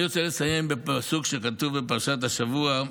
אני רוצה לסיים בפסוק שכתוב בפרשת השבוע,